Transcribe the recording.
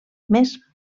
més